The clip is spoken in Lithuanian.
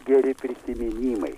geri prisiminimai